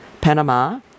Panama